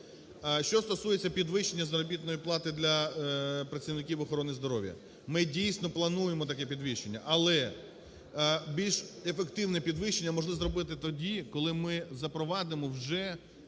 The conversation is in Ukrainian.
Що стосується підвищення заробітної плати для працівників охорони здоров'я. Ми, дійсно, плануємо таке підвищення, але більш ефективне підвищення можна зробити тоді, коли ми запровадимо вже